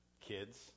kids